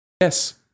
Yes